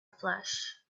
flesh